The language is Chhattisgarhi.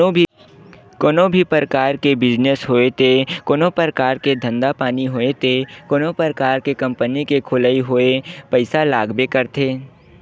कोनो भी बिजनेस होय ते कोनो परकार के धंधा पानी होय ते कोनो परकार के कंपनी के खोलई होय पइसा लागबे करथे